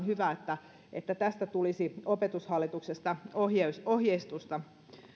hyvä että että tästä tulisi opetushallituksesta ohjeistusta ohjeistusta